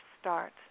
start